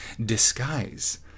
disguise